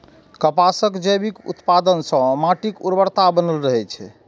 कपासक जैविक उत्पादन सं माटिक उर्वरता बनल रहै छै